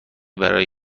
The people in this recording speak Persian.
برای